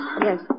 Yes